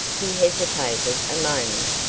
he hesitated a moment,